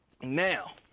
Now